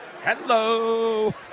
Hello